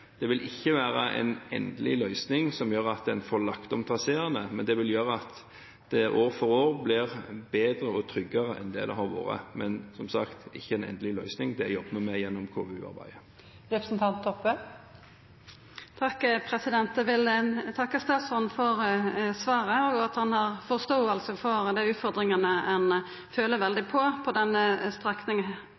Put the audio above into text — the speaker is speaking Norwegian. Det vil ikke være en endelig løsning som gjør at en får lagt om traseene, men det vil gjøre at det år for år blir bedre og tryggere enn det det har vært. Men som sagt: Det er ikke en endelig løsning. Det jobber vi med gjennom KVU-arbeidet. Eg vil takka statsråden for svaret, og for at han har forståing for dei utfordringane ein føler veldig på på